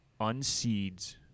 unseeds